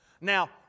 Now